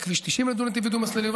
את כביש 90 לדו-נתיבי ודו-מסלולי,